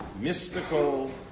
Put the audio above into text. mystical